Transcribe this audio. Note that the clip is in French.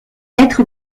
être